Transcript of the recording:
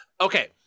okay